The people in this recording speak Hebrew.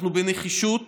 בנחישות